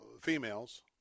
females